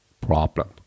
problem